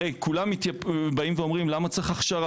הרי כולם באים ואומרים: למה צריך הכשרה?